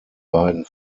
beiden